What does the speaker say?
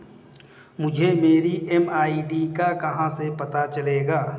मुझे मेरी एम.एम.आई.डी का कहाँ से पता चलेगा?